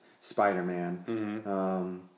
Spider-Man